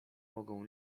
mogą